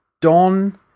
Don